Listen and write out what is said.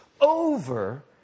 over